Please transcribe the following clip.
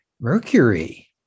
Mercury